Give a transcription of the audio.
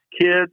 kids